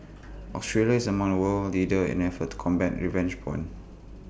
Australia is among world leaders in efforts to combat revenge porn